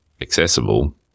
accessible